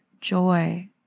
joy